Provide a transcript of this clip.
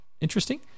interesting